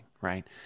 Right